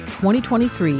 2023